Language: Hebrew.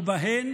ובהן,